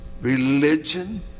religion